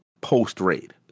post-raid